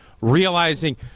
realizing